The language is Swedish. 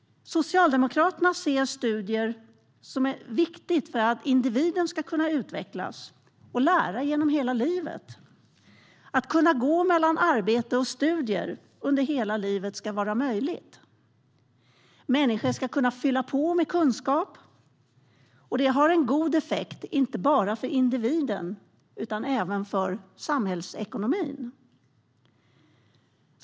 Socialdemokraterna ser studier som viktiga för att individen ska kunna utvecklas och lära genom hela livet. Att gå mellan arbete och studier under hela livet ska vara möjligt. Människor ska kunna fylla på med kunskap. Det har en god effekt inte bara för individen utan även för samhällsekonomin.